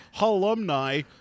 alumni